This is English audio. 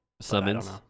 Summons